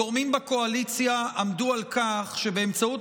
גורמים בקואליציה עמדו על כך שבאמצעות